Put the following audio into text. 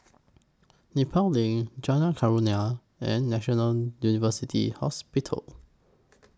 Nepal LINK Jalan Kurnia and National University Hospital